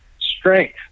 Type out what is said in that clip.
strength